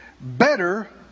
better